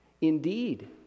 Indeed